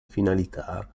finalità